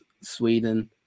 Sweden